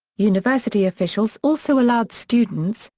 university officials also allowed students,